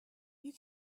you